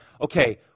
okay